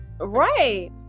right